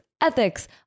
ethics